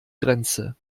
grenze